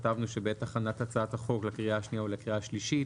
כתבנו שבעת הכנת הצעת החוק לקריאה השנייה ולקריאה השלישית